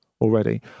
already